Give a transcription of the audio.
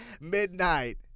Midnight